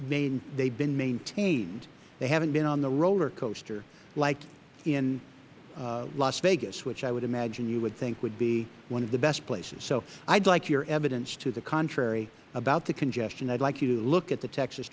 have been maintained they haven't been on the roller coaster like in las vegas which i would imagine you would think would be one of the best places so i would like your evidence to the contrary about the congestion i would like you to look at the texas